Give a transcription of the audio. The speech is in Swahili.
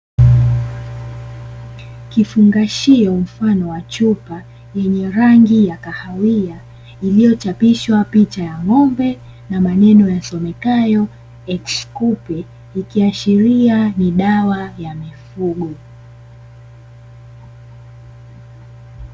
Kifungashio mfano wa chupa yenye rangi ya kahawia iliyochapishwa picha ya ng'ombe na maneno yasomekayo "Ex coupe" ikiashiria ni dawa ya mifugo.